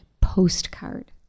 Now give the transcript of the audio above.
postcard